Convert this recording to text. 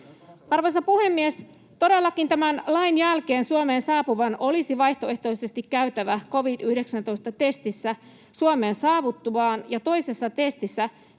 Arvoisa puhemies! Todellakin tämän lain jälkeen Suomeen saapuvan olisi vaihtoehtoisesti käytävä covid-19-testissä Suomeen saavuttuaan ja toisessa testissä